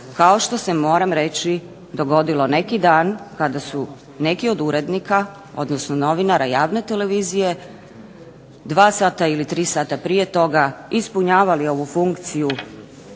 kao što se moram reći dogodilo neki dan kada su neki od urednika, odnosno novinara javne televizije 2 sata ili 3 sata prije toga ispunjavali ovu funkciju